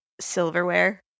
silverware